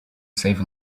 save